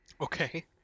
Okay